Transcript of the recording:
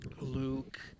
Luke